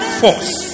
force